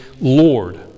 Lord